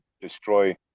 destroy